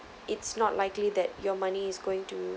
it's not likely that your money is going to